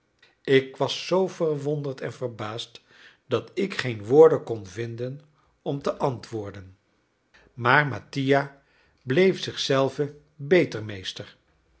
ik was zoo verwonderd en verbaasd dat ik geen woorden kon vinden om te antwoorden maar mattia bleef zich zelven beter meester